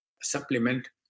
supplement